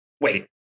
wait